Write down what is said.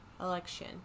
election